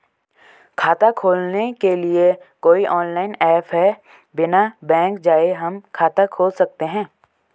खाता खोलने के लिए कोई ऑनलाइन ऐप है बिना बैंक जाये हम खाता खोल सकते हैं?